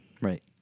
Right